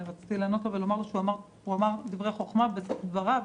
רציתי לענות לו ולומר לו שהוא אמר דברי חוכמה בסוף דבריו,